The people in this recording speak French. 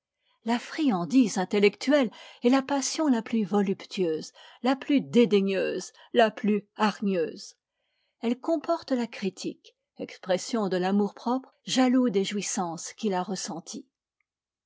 la friandise intellectuelle est la passion la plus voluptueuse la plus dédaigneuse la plus hargneuse elle comporte la critique expression de l'amour-propre jaloux des jouissances qu'il a ressenties